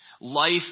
Life